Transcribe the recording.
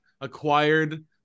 acquired